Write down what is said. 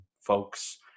folks